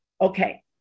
Okay